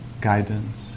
guidance